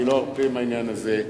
אני לא ארפה מהעניין הזה,